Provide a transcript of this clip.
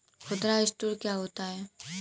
खुदरा स्टोर क्या होता है?